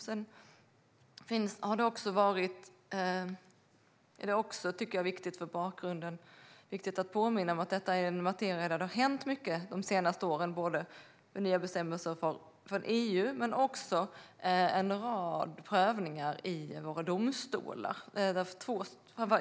Sedan tycker jag också att det är viktigt att för bakgrundens skull påminna om att detta är en materia där det har hänt mycket de senaste åren, både med nya bestämmelser från EU och med en rad prövningar i våra domstolar.